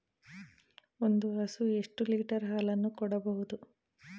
ಒಂದು ಹಸು ಎಷ್ಟು ಲೀಟರ್ ಹಾಲನ್ನು ಕೊಡಬಹುದು?